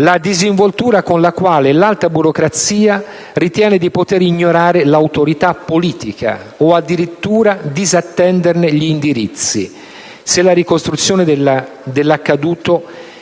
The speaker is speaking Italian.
la disinvoltura con la quale l'alta burocrazia ritiene di poter ignorare l'autorità politica o addirittura disattenderne gli indirizzi, se la ricostruzione dell'accaduto è